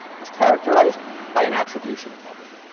is characterized by an attribution problem.